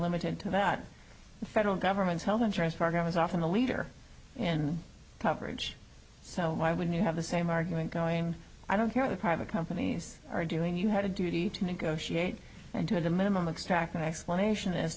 limited to that the federal government's health insurance program is often the leader in coverage so my when you have the same argument going i don't care the private companies are doing you have a duty to negotiate and to the minimum extract an explanation as